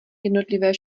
jednotlivé